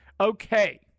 Okay